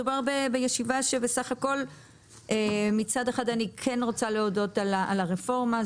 מדובר בישיבה שבסך הכול מצד אחד אני כן רוצה להודות על הרפורמה,